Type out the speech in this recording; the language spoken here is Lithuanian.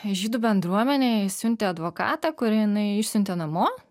žydų bendruomenė jai siuntė advokatą kurį jinai išsiuntė namo